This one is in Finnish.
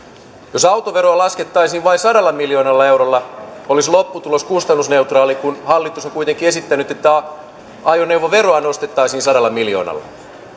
jos autoveroa laskettaisiin vain sadalla miljoonalla eurolla olisi lopputulos kustannusneutraali kun hallitus on kuitenkin esittänyt että ajoneuvoveroa nostettaisiin sadalla miljoonalla